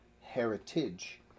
heritage